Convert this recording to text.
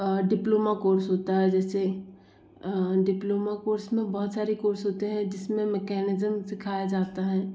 diploma course होता है जैसे डिप्लोमा कोर्स में बहुत सारे कोर्स होते है जिसमें मैकेनिज़्म सिखाया जाता है